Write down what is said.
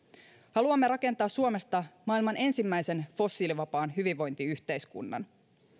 haluamme rakentaa suomesta maailman ensimmäisen fossiilivapaan hyvinvointiyhteiskunnan